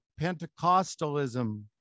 Pentecostalism